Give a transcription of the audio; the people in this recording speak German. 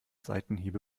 seitenhiebe